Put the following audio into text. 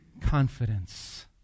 confidence